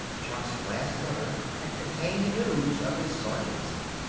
chuck's last letter had contained the news of his sergeancy.